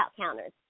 counters